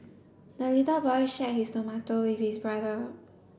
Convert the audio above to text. the little boy shared his tomato with his brother